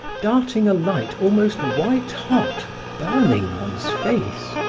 darting a light almost white-hot, burning one's face.